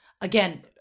again